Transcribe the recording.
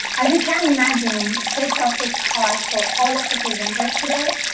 as you can imagine, the stakes are pretty high for all of the presenters today,